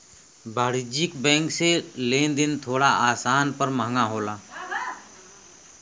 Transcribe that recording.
वाणिज्यिक बैंक से लेन देन थोड़ा आसान पर महंगा होला